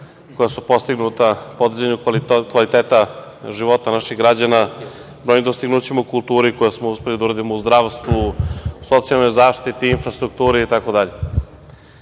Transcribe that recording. koja su postignuta u podizanju kvaliteta života naših građana, mnogim dostignućima u kulturi, koje smo uspeli da uradimo, u zdravstvu, socijalnoj zaštiti, infrastrukturi itd. Ja